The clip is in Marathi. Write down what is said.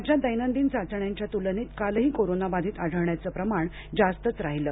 राज्यात दैनंदिन चाचण्यांच्या तुलनेत कालही कोरोनाबाधित आढळण्याचं प्रमाण जास्तच राहिलं